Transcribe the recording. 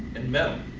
and metal?